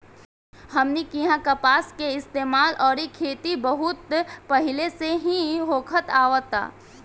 हमनी किहा कपास के इस्तेमाल अउरी खेती बहुत पहिले से ही होखत आवता